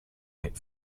eight